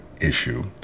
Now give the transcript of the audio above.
issue